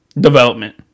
development